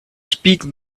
speak